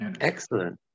Excellent